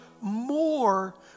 more